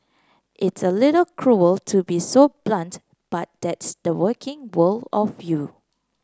it's a little cruel to be so blunt but that's the working world of you